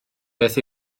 beth